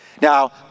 Now